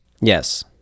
Yes